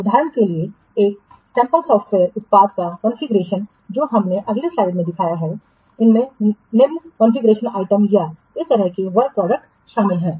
उदाहरण के लिए एक सैंपल सॉफ्टवेयर उत्पाद का कॉन्फ़िगरेशन जो हमने अगली स्लाइड में दिखाया है इसमें निम्न कॉन्फ़िगरेशन आइटम या इस तरह के वर्क प्रोडक्ट शामिल हैं